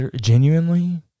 genuinely